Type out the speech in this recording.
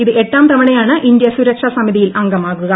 ഇത് എട്ടാം തവണയാണ് ഇന്ത്യ സുരക്ഷാ സമിതിയിൽ അംഗമാകുക